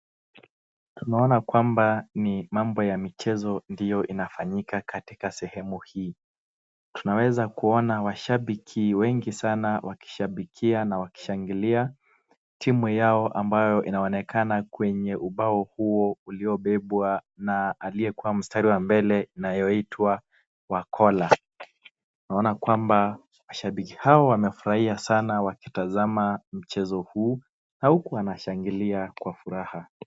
Tunaona kwamba ni mambo ya michezo ndiyo inafanyika katika sehemu hii. Tunaweza kuona washabiki wengi sana wakishabikia na wakishangilia timu yao ambayo inaonekana kwenye ubao huo uliobebwa na aliyekuwa mstari wa mbele inayoitwa Wakola. Naona kwamba washabiki hao wanafurahia sana wakitazama mchezo huu na huku wanashangilia kwa furaha.